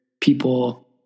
people